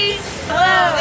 Hello